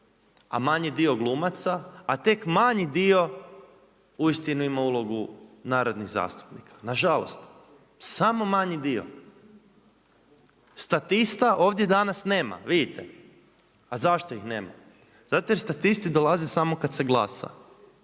a manji dio glumaca, a tek manji dio uistinu ima ulogu narodnih zastupnika, nažalost samo manji dio. Statista ovdje danas nema, vidite. A zašto ih nema? zato jer statisti dolaze samo kada se glasa.